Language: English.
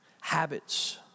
habits